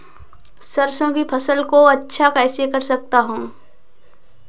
सरसो की फसल को अच्छा कैसे कर सकता हूँ?